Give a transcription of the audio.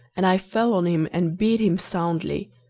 and i fell on him and beat him soundly.